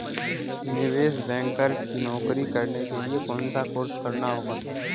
निवेश बैंकर की नौकरी करने के लिए कौनसा कोर्स करना होगा?